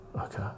okay